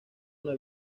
una